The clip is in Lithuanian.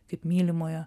kaip mylimojo